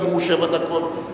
גם הוא שבע דקות.